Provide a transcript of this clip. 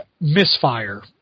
misfire